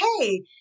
Hey